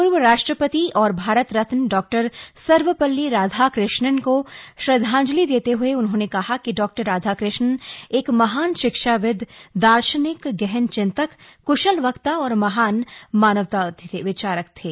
पूर्व राष्ट्रपति और भारत रत्न डॉ सर्वपल्ली राधाकृष्णन को श्रद्वांजलि देते हए ने कहा कि डॉ राधाकृष्णन एक महान शिक्षाविद दार्शनिक गहन चिंतक क्शल वक्ता और महान मानवतावादी विचारक थे